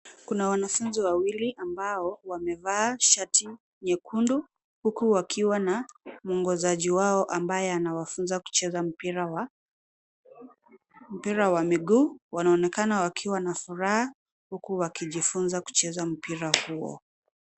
Kuna wanafunzi wawili ambao wamevaa shati nyekundu huku wakiwa na muongozaji wao ambaye anawafunza kucheza mpira wa miguu. Wanaonekana wakiwa na furaha huku wakijifunza kucheza mpira huo.